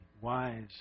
wise